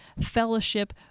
fellowship